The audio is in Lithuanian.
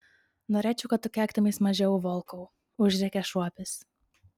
norėčiau kad tu keiktumeis mažiau volkau užrėkė šuopis